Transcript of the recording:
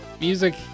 music